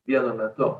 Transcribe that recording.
vienu metu